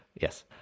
Yes